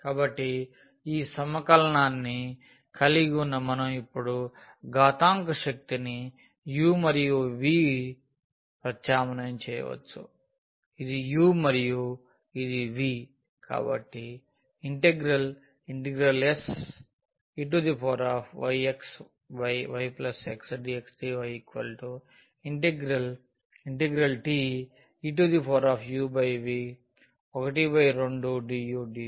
కాబట్టి ఈ సమకలనాన్ని కలిగి ఉన్న మనం ఇప్పుడు ఘాతాంక శక్తిని u మరియు vప్రత్యామ్నాయం చేయవచ్చు ఇది u మరియు ఇది v